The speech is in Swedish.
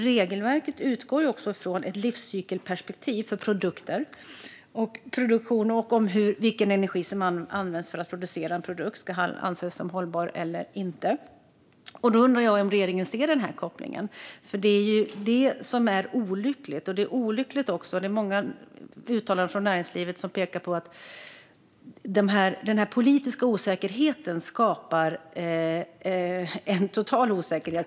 Regelverket utgår från ett livscykelperspektiv för produkter och produktion för att avgöra om den energi som används för att producera en produkt ska anses som hållbar eller inte. Jag undrar om regeringen ser denna koppling. Det är olyckligt om man inte gör det. Det kommer också många uttalanden från näringslivet som pekar på att den här politiska osäkerheten skapar en total osäkerhet.